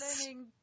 learning